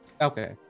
Okay